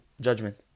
judgment